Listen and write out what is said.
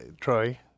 Troy